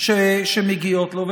שמגיעות לו.